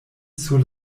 sur